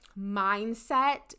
mindset